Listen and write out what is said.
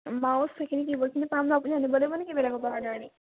mouse সেইখিনি কীবৰ্ডখিনি পাম ন পিছত আনিব লাগিব নেকি বেলেগৰপৰা অৰ্ডাৰ দি